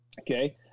okay